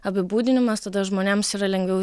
apibūdinimas tada žmonėms yra lengviau